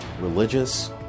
religious